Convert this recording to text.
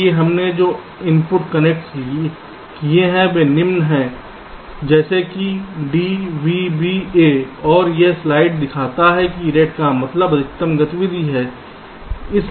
इसलिए हमने जो इनपुट्स कनेक्ट किए हैं वे निम्न हैं जैसे कि d b b a और यह स्लाइड दिखाता है कि रेड का मतलब अधिकतम गतिविधि है